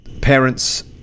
parents